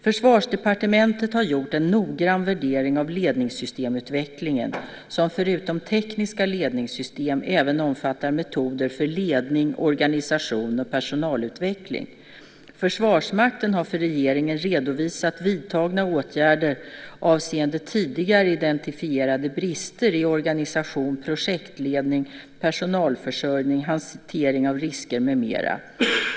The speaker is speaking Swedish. Försvarsdepartementet har gjort en noggrann värdering av ledningssystemutvecklingen, som förutom tekniska ledningssystem även omfattar metoder för ledning, organisation och personalutveckling. Försvarsmakten har för regeringen redovisat vidtagna åtgärder avseende tidigare identifierade brister i organisation, projektledning, personalförsörjning, hantering av risker med mera.